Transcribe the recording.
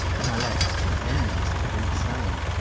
and i like my companions to do the same.